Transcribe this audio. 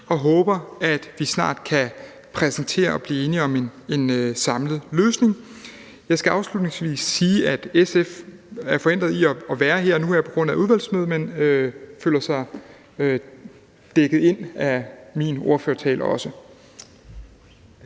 og håber, at vi snart kan blive enige om og præsentere en samlet løsning. Jeg skal afslutningsvis sige, at SF er forhindret i at være her på grund af udvalgsmøde, men at de også føler sig dækket ind af min ordførertale.